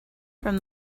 from